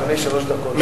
אדוני, שלוש דקות.